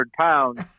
pounds